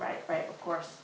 right right of course